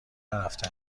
نرفته